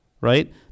right